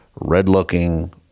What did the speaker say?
red-looking